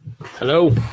hello